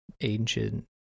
ancient